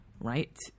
right